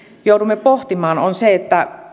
joudumme pohtimaan on se